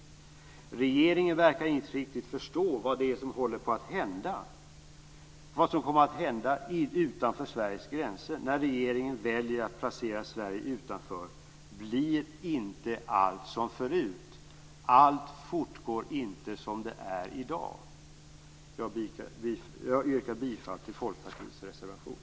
Regeringen verkar inte riktigt förstå vad det är som håller på att hända, vad som kommer att hända utanför Sveriges gränser. När regeringen väljer att placera Sverige utanför blir inte allt som förut. Allt fortgår inte som det är i dag. Jag yrkar bifall till Folkpartiets reservation.